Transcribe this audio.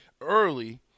early